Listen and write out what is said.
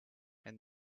and